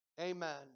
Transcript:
Amen